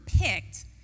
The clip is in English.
picked—